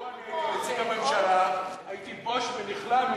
לו אני הייתי נציג הממשלה הייתי בוש ונכלם אם